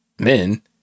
men